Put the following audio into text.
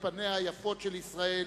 את פניה היפות של ישראל